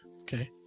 okay